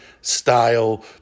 style